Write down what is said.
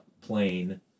plane